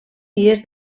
dies